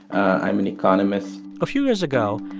i'm an economist a few years ago,